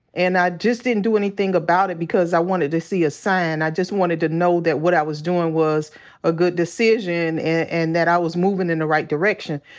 and i just didn't do anything about it because i wanted to see a sign. i just wanted to know that what i was doing was a good decision and that i was moving in the right direction.